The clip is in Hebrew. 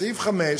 בסעיף 5,